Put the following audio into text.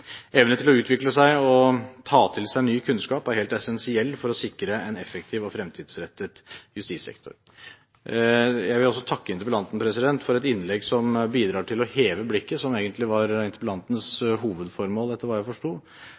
til å utvikle seg og ta til seg ny kunnskap er helt essensiell for å sikre en effektiv og fremtidsrettet justissektor. Jeg vil også takke interpellanten for et innlegg som bidrar til å heve blikket – som egentlig var interpellantens hovedformål, etter hva jeg forsto